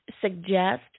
suggest